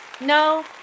no